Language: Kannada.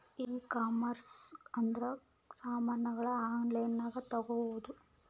ಈ ಕಾಮರ್ಸ್ ಅಂದ್ರ ಸಾಮಾನಗಳ್ನ ಆನ್ಲೈನ್ ಗ ತಗೊಂದು